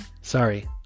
Sorry